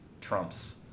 trumps